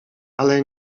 ale